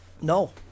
No